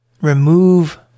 remove